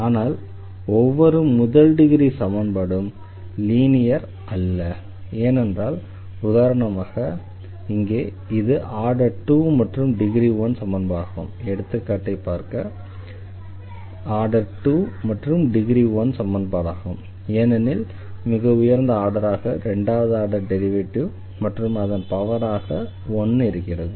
ஆனால் ஒவ்வொரு முதல் டிகிரி சமன்பாடும் லீனியர் அல்ல ஏனென்றால் உதாரணமாக இங்கே இது ஆர்டர் 2 மற்றும் டிகிரி 1 சமன்பாடாகும் ஏனெனில் மிக உயர்ந்த ஆர்டராக 2வது ஆர்டர் டெரிவேட்டிவ் மற்றும் அதன் பவராக 1 இருக்கிறது